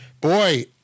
Boy